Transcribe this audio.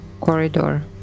corridor